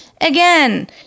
again